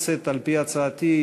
נתקבלה.